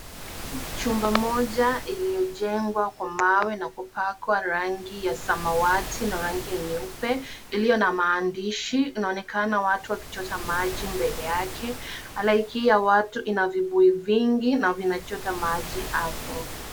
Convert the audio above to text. Chumba moja iliyojengwa kwa mawe na kupakwa rangi ya samawati na rangi ya nyeupe iliyo na maandishi. Inaonekana watu wakichota maji mbele yake, halaiki hii ya watu ina vibuyu vingi na vinavchota maji hapo.